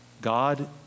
God